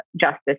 justice